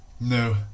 No